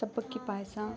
ಸಬ್ಬಕ್ಕಿ ಪಾಯಸ